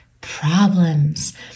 problems